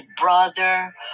brother